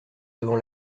devant